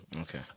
Okay